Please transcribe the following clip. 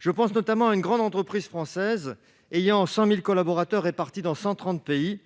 Je pense notamment à une grande entreprise française comptant 100 000 collaborateurs répartis dans 130 pays.